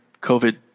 covid